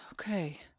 Okay